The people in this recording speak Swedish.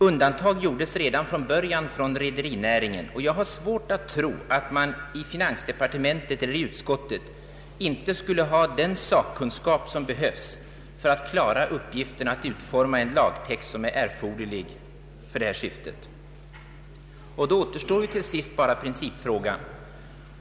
Undantag gjordes redan från början för rederinäringen, och jag har svårt att tro att man inom finansdepartementet eller utskottet inte skulle ha den sakkunskap som behövs för att klara uppgiften att utforma den lagtext som är erforderlig för detta syfte. Då återstår till sist bara principfrågan.